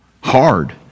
hard